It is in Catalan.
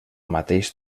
mateix